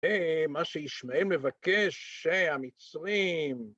‫היי, מה שישמעל מבקש, ‫היי, המצרים.